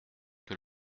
que